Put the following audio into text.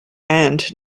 and